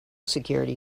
security